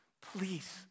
Please